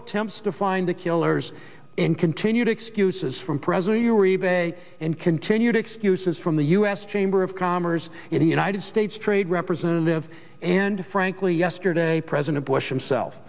attempts to find the killers and continued excuses from president uribe a and continued excuses from the u s chamber of commerce in the united states trade representative and frankly yesterday president bush himself